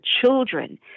children